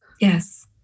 yes